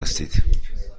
هستید